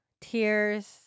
Tears